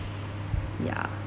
yeah